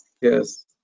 Yes